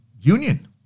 union